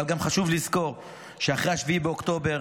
אבל גם חשוב לזכור שאחרי 7 באוקטובר,